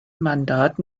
mandat